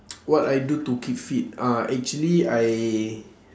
what I do to keep fit uh actually I